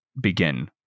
begin